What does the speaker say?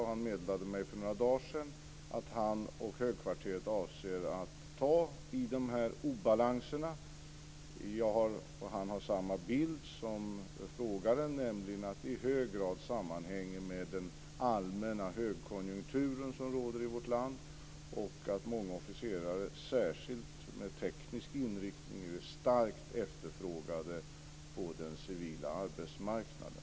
Han meddelade mig för några dagar sedan att han och högkvarteret avser att ta tag i obalanserna. Jag och han har samma bild som frågaren, nämligen att det i hög grad sammanhänger med den allmänna högkonjunkturen som råder i vårt land och att många officerare, särskilt med teknisk inriktning, är starkt efterfrågade på den civila arbetsmarknaden.